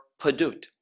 padut